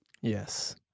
Yes